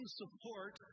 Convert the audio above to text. support